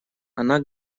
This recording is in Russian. она